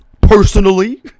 personally